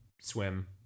swim